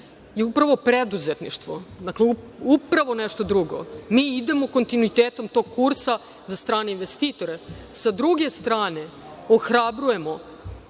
je upravo preduzetništvo, dakle upravo nešto drugo. Idemo kontinuitetom tog kursa za strane investitore. Sa druge strane ohrabrujemo